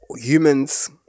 humans